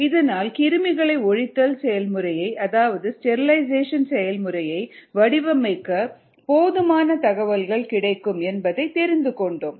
இதனால் கிருமிகளை ஒழித்தல் செயல்முறையை அதாவது ஸ்டெரிலைசேஷன் செயல்முறையை வடிவமைக்க போதுமான தகவல்கள் கிடைக்கும் என்பதை தெரிந்து கொண்டோம்